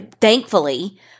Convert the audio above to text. Thankfully